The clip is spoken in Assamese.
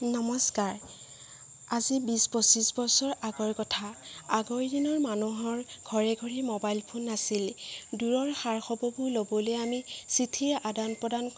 নমস্কাৰ আজি বিছ পঁচিছ বছৰ আগৰ কথা আগৰ দিনত মানুহৰ ঘৰে ঘৰে ম'বাইল ফোন নাছিল দূৰৰ খা খবৰবোৰ ল'বলৈ আমি চিঠিৰ আদান প্ৰদান